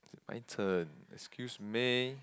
my turn excuse me